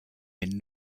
been